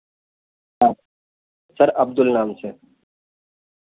ہاں سر عبدل نام سے